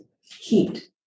heat